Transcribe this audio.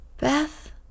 Beth